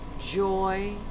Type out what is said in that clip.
joy